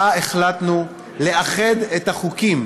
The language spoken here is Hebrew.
ובו החלטנו לאחד את החוקים